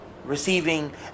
Receiving